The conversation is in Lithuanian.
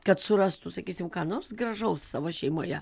kad surastų sakysim ką nors gražaus savo šeimoje